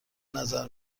نظر